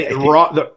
raw